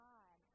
God